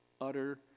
Utter